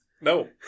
no